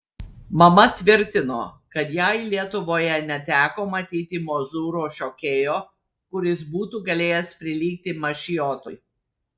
mama tvirtino kad jai lietuvoje neteko matyti mozūro šokėjo kuris būtų galėjęs prilygti mašiotui